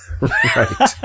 Right